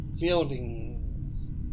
buildings